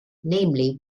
namely